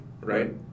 right